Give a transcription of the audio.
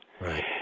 Right